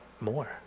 more